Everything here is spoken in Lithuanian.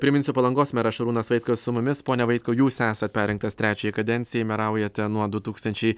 priminsiu palangos meras šarūnas vaitkus su mumis pone vaitkau jūs esat perrinktas trečiajai kadencijai meraujate nuo du tūkstančiai